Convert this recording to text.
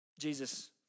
Jesus